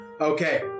Okay